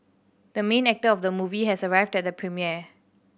the main actor of the movie has arrived at the premiere